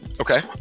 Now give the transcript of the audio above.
Okay